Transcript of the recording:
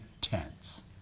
tents